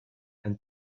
and